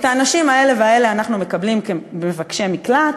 את האנשים האלה והאלה אנחנו מקבלים כמבקשי מקלט,